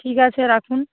ঠিক আছে রাখুন